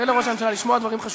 תן לראש הממשלה לשמוע דברים חשובים.